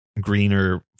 greener